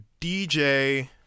dj